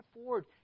afford